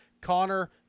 connor